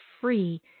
free